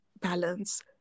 balance